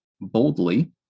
Boldly